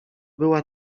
była